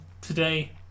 today